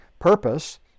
purpose